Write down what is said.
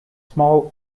small